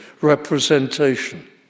representation